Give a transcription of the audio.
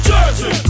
Jersey